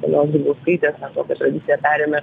ponios grybauskaitės tokią tradiciją perėmė